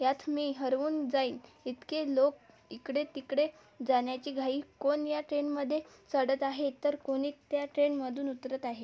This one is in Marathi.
यात मी हरवून जाईन इतके लोक इकडेतिकडे जाण्याची घाई कोण या ट्रेनमध्ये चढत आहे तर कोणी त्या ट्रेनमधून उतरत आहे